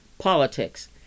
politics